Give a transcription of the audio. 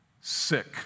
sick